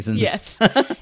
Yes